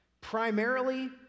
Primarily